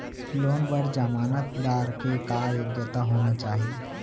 Loan बर जमानतदार के का योग्यता होना चाही?